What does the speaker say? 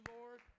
Lord